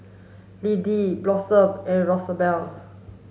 Lindy Blossom and Rosabelle